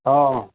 অঁ